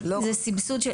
זה סבסוד,